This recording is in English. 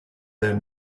their